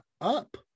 up